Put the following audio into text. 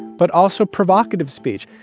but also provocative speech.